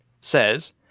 says